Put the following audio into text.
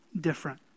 different